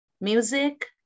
music